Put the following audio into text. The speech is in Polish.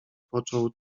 począł